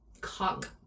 cock